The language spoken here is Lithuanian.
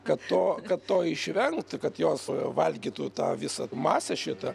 kad to kad to išvengt kad jos valgytų tą visą masę šitą